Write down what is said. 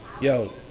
Yo